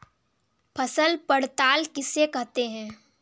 फसल पड़ताल किसे कहते हैं?